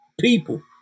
people